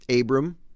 Abram